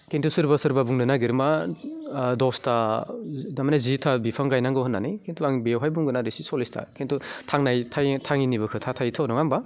किन्तु सोरबा सोरबा बुंनो नागिरो मा दसता तारमाने जिथा बिफां गायनांगौ होननानै किन्तु आं बेवहाय बुंगोन आरो सल्लिसता किन्तु थांनाय थाङिनिबो खोथा थायोथ' नङा होम्बा